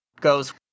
goes